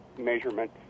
measurement